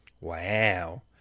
Wow